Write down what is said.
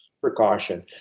precaution